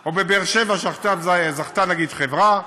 או בבאר-שבע, עכשיו זכתה חברה,